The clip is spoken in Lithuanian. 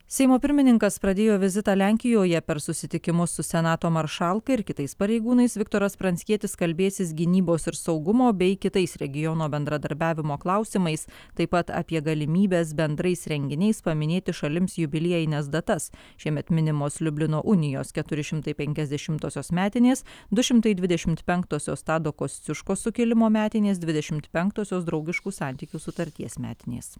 seimo pirmininkas pradėjo vizitą lenkijoje per susitikimus su senato maršalka ir kitais pareigūnais viktoras pranckietis kalbėsis gynybos ir saugumo bei kitais regiono bendradarbiavimo klausimais taip pat apie galimybes bendrais renginiais paminėti šalims jubiliejines datas šiemet minimos liublino unijos keturi šimtai penkiasdešimtosios metinės du šimtai dvidešimt penktosios tado kosciuškos sukilimo metinės dvidešimt penktosios draugiškų santykių sutarties metinės